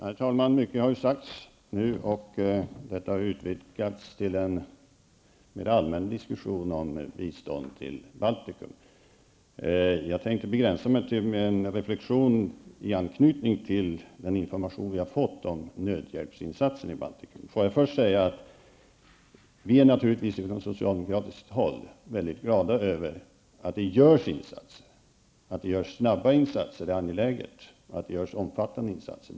Herr talman! Mycket har sagts nu, och informationen har utvidgats till en allmän diskussion om bistånd till Baltikum. Jag tänkte begränsa mig till en reflektion i anknytning till den information som vi har fått om nödhjälpsinsatsen i Får jag först säga att vi socialdemokrater naturligtvis är mycket glada över att det görs insatser. Att det görs snabba insatser är angeläget och att det görs omfattande insatser.